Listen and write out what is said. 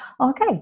Okay